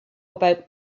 about